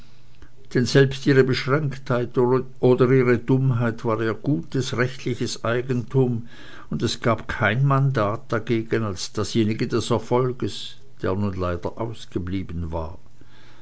denn selbst ihre beschränktheit oder ihre dummheit war ihr gutes rechtliches eigentum und es gab kein mandat dagegen als dasjenige des erfolges der nun leider ausgeblieben war